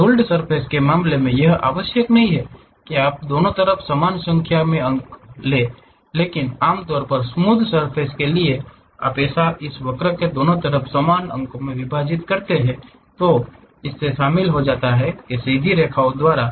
ruled surface के मामले में यह आवश्यक नहीं है कि आपके दोनों तरफ समान संख्या में अंक होंगे लेकिन आमतौर पर स्मूध सर्फ़ेस के लिए आप इसे इस वक्र के दोनों तरफ समान अंकों में विभाजित करते हैं और इसमें शामिल हो जाते हैं सीधी रेखाओं द्वारा